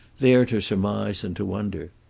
there to surmise and to wonder.